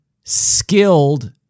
skilled